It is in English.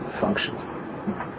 function